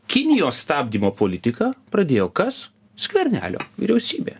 kinijos stabdymo politiką pradėjo kas skvernelio vyriausybė